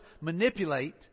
manipulate